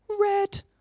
red